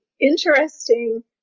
interesting